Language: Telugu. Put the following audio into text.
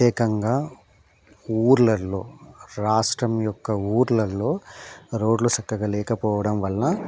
ప్రత్యేకంగా ఊళ్ళల్లో రాష్ట్రం యొక్క ఊళ్ళల్లో రోడ్లు చక్కగా లేకపోవడం వల్ల